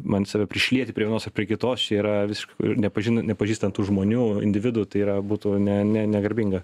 man save prišlieti prie vienos ar prie kitos čia yra visiškai nepažin nepažįstant tų žmonių individų tai yra būtų ne ne negarbinga